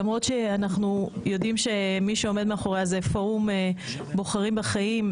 למרות שאנחנו יודעים שמי שעומד מאחורי זה פורום "בוחרים בחיים",